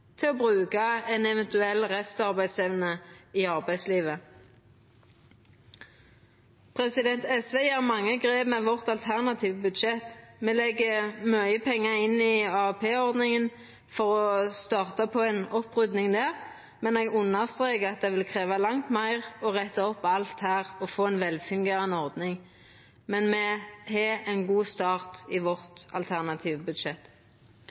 til å bruka ei eventuell restarbeidsevne i arbeidslivet. SV gjer mange grep med sitt alternative budsjett. Me legg mykje pengar inn i AAP-ordninga for å starta på ei opprydding der. Eg understrekar at det vil krevja langt meir å retta opp alt her og få ei velfungerande ordning, men me har ein god start i vårt alternative budsjett.